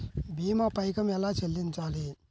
భీమా పైకం ఎలా చెల్లించాలి?